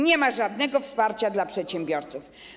Nie ma żadnego wsparcia dla przedsiębiorców.